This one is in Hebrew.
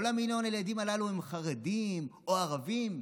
כל מיליון הילדים הללו הם חרדים או ערבים?